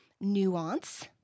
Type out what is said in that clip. nuance